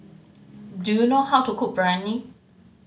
do you know how to cook Biryani